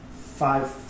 Five